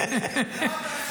לא, אתה יכול.